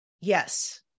yes